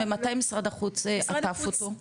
ממתי משרד החוץ עטף אותו?